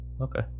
Okay